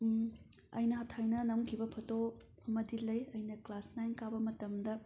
ꯑꯩꯅ ꯊꯥꯏꯅ ꯅꯝꯈꯤꯕ ꯐꯣꯇꯣ ꯑꯃꯗꯤ ꯂꯩ ꯑꯩꯅ ꯀ꯭ꯂꯥꯁ ꯅꯥꯏꯟ ꯀꯥꯕ ꯃꯇꯝꯗ